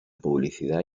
publicidad